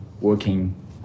working